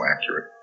accurate